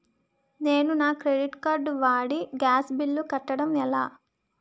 నేను నా credit card వాడి గ్యాస్ బిల్లు కట్టడం ఎలా?